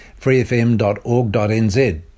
freefm.org.nz